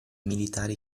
militari